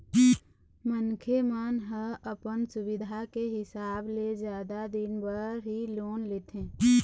मनखे मन ह अपन सुबिधा के हिसाब ले जादा दिन बर ही लोन लेथे